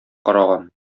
караган